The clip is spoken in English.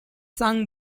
sung